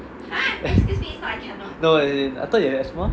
no as in I thought you got asthma